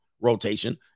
rotation